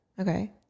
Okay